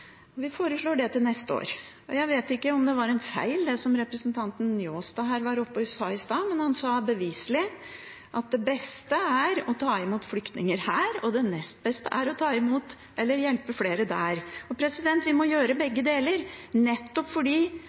neste år. Jeg vet ikke om det var en feil, det som representanten Njåstad var oppe og sa i stad, men han sa beviselig at det beste er å ta imot flyktninger her, og at det nest beste er å ta imot eller hjelpe flere der. Vi må gjøre begge deler, bl.a. fordi